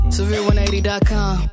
Severe180.com